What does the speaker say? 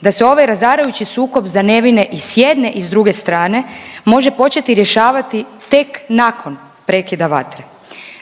da se ovaj razarajući sukob za nevine i s jedne i s druge strane, može početi rješavati tek nakon prekida vatre.